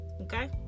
Okay